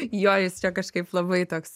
jo jis čia kažkaip labai toks